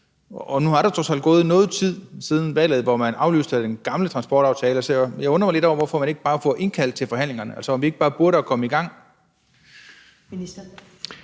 Og nu er der trods alt gået noget tid siden valget, hvor man aflyste den gamle transportaftale. Så jeg undrer mig lidt over, hvorfor man ikke bare får indkaldt til forhandlingerne, altså om vi ikke bare burde komme i gang.